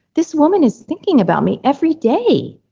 this woman is thinking about me every day.